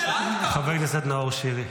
חבר הכנסת נאור שירי.